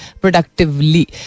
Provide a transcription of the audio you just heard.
Productively